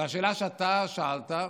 לשאלה שאתה שאלת,